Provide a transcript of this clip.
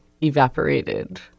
evaporated